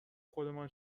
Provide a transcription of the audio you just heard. خودمان